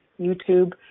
YouTube